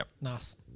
Nice